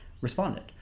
responded